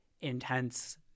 intense